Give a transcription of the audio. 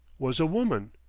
was a woman.